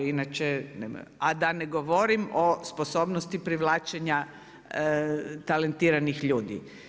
A da ne govorim o sposobnosti privlačenja talentiranih ljudi.